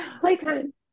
playtime